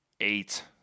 eight